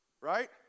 Right